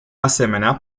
asemenea